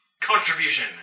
contribution